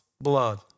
blood